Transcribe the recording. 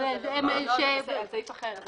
לא, זה מדבר על סעיף אחר.